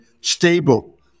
stable